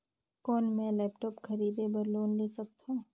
कौन मैं लेपटॉप खरीदे बर लोन ले सकथव?